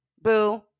boo